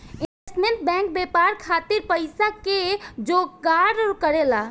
investment bank व्यापार खातिर पइसा के जोगार करेला